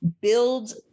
build